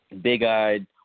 big-eyed